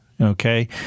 okay